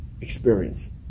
experience